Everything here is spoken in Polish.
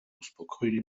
uspokoili